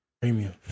Premium